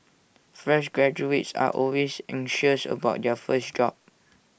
fresh graduates are always anxious about their first job